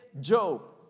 Job